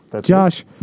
Josh